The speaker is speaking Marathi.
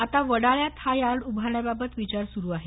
आता वडाळ्यात हा यार्ड उभारण्या बाबत विचार सुरु आहे